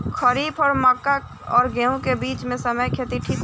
खरीफ और मक्का और गेंहू के बीच के समय खेती ठीक होला?